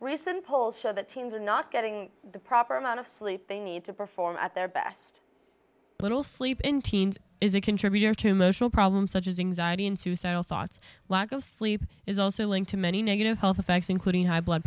recent poll said that teens are not getting the proper amount of sleep they need to perform at their best little sleep in teens is a contributor to motional problems such as thoughts lack of sleep is also linked to many negative health effects including high blood